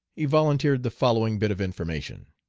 he volunteered the following bit of information